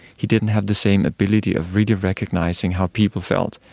he didn't have the same ability of really recognising how people felt,